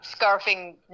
scarfing